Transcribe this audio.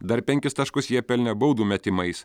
dar penkis taškus jie pelnė baudų metimais